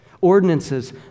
ordinances